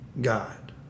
god